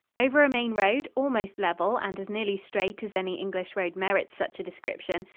over a main road, almost level and as nearly straight as any english road merits such a description,